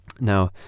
Now